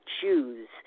choose